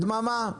דממה,